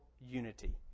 unity